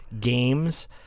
games